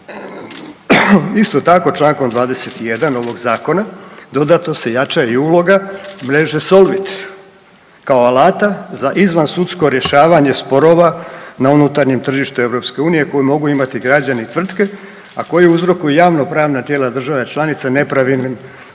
Isto tako člankom 21. ovog zakona dodatno se jača i uloga mreže Solvit kao alata za izvansudsko rješavanje sporova na unutarnjem tržištu EU koje mogu imati građani i tvrtke a koji uzrokuju javnopravna tijela država članica nepravilnim